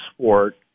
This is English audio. sport